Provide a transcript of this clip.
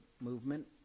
movement